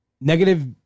Negative